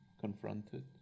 confronted